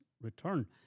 return